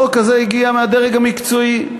החוק הזה הגיע מהדרג המקצועי,